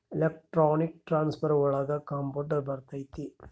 electronic transfer ಒಳಗ computer ಬರತೈತಿ